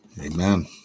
amen